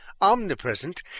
omnipresent